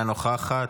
אינה נוכחת,